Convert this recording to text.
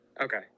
Okay